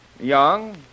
Young